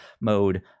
mode